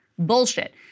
Bullshit